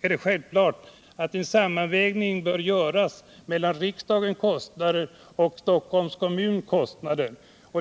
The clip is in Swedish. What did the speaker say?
är det självklart att en sammanvägning bör göras mellan riksdagens kostnader och Stockholms kommuns kostnader.